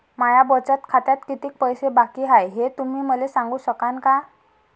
माया बचत खात्यात कितीक पैसे बाकी हाय, हे तुम्ही मले सांगू सकानं का?